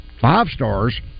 five-stars